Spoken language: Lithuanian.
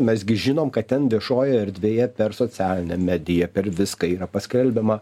mes gi žinom kad ten viešojoje erdvėje per socialinę mediją per viską paskelbiama